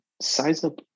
size-up